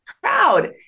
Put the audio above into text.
proud